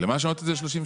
למה לשנות ל-33?